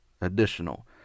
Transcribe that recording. additional